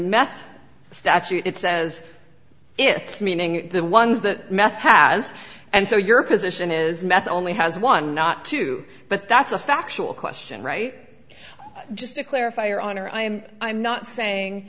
meth statute it says it's meaning the ones that meth has and so your position is meth only has one not two but that's a factual question right just to clarify your honor i'm i'm not saying